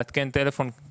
כדי לעדכן פרטים.